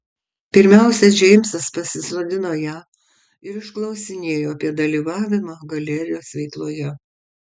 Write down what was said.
pirmiausia džeimsas pasisodino ją ir išklausinėjo apie dalyvavimą galerijos veikloje